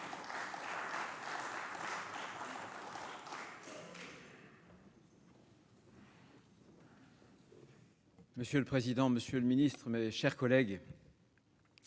Monsieur le président, monsieur le ministre, mes chers collègues,